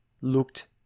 looked